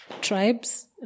tribes